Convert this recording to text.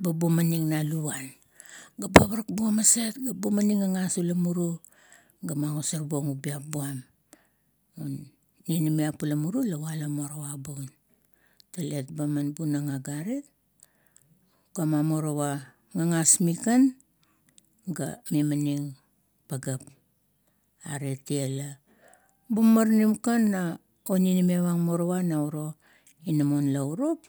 bumaning na luvuan. Gebe parak buong maset ga bumaning gagas ula muru, ga magosor buong ubiap buam, un ninimiap ula muru la walo morowa bun, talet meba man bunang agarit, ugama morowa gagas ming kan, ga mimanim pageap, agret tie, la. Bumamaranim kan na ninimiap ang morowa nauro inamon laurup.